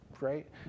right